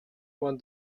won